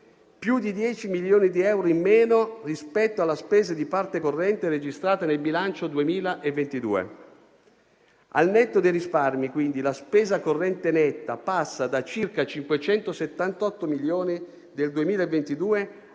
più di 10 milioni di euro in meno rispetto alla spesa di parte corrente registrata nel bilancio 2022. Al netto dei risparmi, quindi, la spesa corrente netta passa da circa 578 milioni del 2022